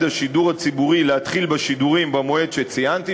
השידור הציבורי להתחיל בשידורים במועד שציינתי,